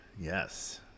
Yes